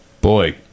Boy